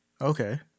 Okay